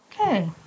Okay